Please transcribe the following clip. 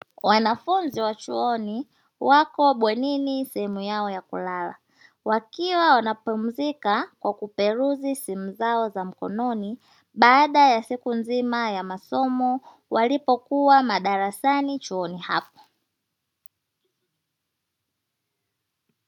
Wanafunzi wa chuoni wapo bwenini sehemu yao ya kulala, wakiwa wanapumzika kwa kuperuzi simu zao za mkononi, baada ya siku nzima ya masomo walipokua madarasani chuoni hapo.